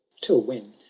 till when,